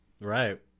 Right